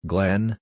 Glenn